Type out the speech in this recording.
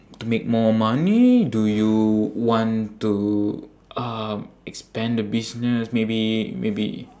to make more money do you want to uh expand the business maybe maybe